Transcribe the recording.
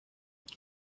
die